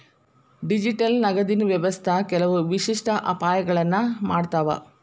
digital ನಗದಿನ್ ವ್ಯವಸ್ಥಾ ಕೆಲವು ವಿಶಿಷ್ಟ ಅಪಾಯಗಳನ್ನ ಮಾಡತಾವ